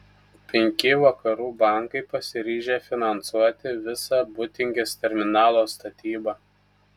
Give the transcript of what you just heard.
penki vakarų bankai pasiryžę finansuoti visą būtingės terminalo statybą